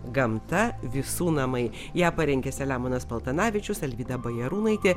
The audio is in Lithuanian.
gamta visų namai ją parengė selemonas paltanavičius alvyda bajarūnaitė